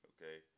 Okay